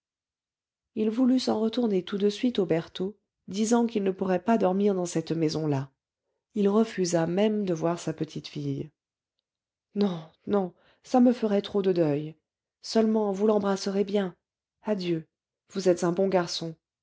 il voulut s'en retourner tout de suite aux bertaux disant qu'il ne pourrait pas dormir dans cette maison-là il refusa même de voir sa petite-fille non non ça me ferait trop de deuil seulement vous l'embrasserez bien adieu vous êtes un bon garçon